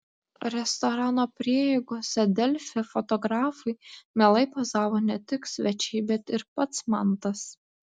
restorano prieigose delfi fotografui mielai pozavo ne tik svečiai bet ir pats mantas